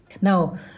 Now